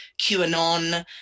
QAnon